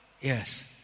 Yes